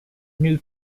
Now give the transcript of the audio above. new